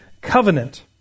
covenant